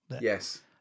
yes